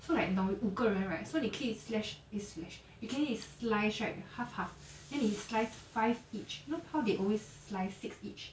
so right now 我个人 right so the kids flesh is which you can is sliced right half half his life five each look how they always like six each